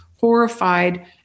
horrified